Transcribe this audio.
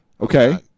Okay